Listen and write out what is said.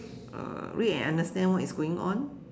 uh read and understand what is going on